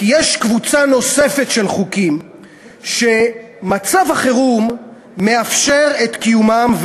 כי יש קבוצה נוספת של חוקים שמצב החירום מאפשר את קיומם,